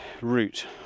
route